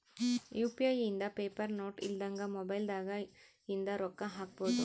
UPI ಇಂದ paper note ಇಲ್ದಂಗ mobile ದಾಗ ಇಂದ ರೊಕ್ಕ ಹಕ್ಬೊದು